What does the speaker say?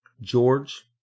George